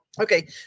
okay